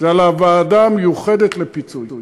וזה על הוועדה המיוחדת לפיצוי.